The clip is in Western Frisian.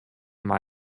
mei